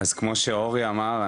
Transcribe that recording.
אז כמו שאורי אמר,